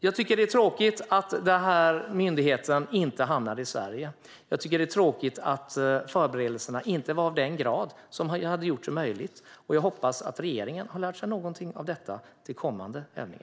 Jag tycker att det är tråkigt att denna myndighet inte hamnade i Sverige och att förberedelserna inte var sådana att det gjordes möjligt. Jag hoppas att regeringen har lärt sig något av detta inför kommande övningar.